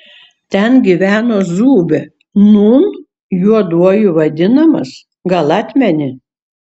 ten gyveno zūbė nūn juoduoju vadinamas gal atmeni